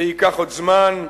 זה ייקח עוד זמן.